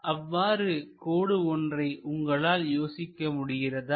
அவ்வாறு கோடு ஒன்றை உங்களால் யோசிக்க முடிகிறதா